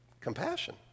compassion